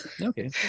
okay